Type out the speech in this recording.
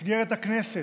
במסגרת הכנסת,